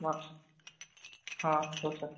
मा हां हो सर